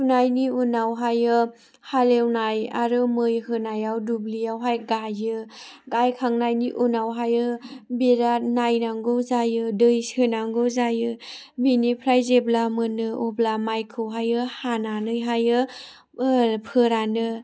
फुनायनि उनावहाय हालेवनाय आरो मै होनायाव दुब्लियावहाय गायो गायखांनायनि उनावहाय बिराद नायनांगौ जायो दै सोनांगौ जायो बिनिफ्राय जेब्ला मोनो अब्ला माइखौहाय हानानैहाय फोरानो